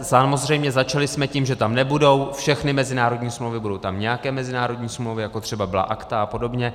Samozřejmě začali jsme tím, že tam nebudou všechny mezinárodní smlouvy, budou tam nějaké mezinárodní smlouvy, jako třeba byla ACTA a podobně.